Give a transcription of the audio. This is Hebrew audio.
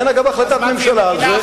אין, אגב, החלטת ממשלה על זה.